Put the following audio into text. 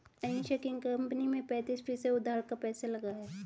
अनीशा की कंपनी में पैंतीस फीसद उधार का पैसा लगा है